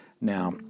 Now